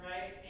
right